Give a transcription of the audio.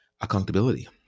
accountability